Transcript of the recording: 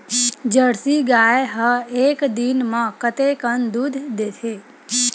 Jersey गाय ह एक दिन म कतेकन दूध देथे?